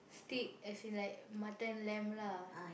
steak as in like mutton lamb lah